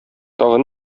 тагы